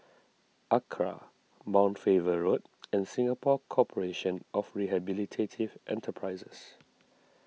Acra Mount Faber Road and Singapore Corporation of Rehabilitative Enterprises